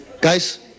Guys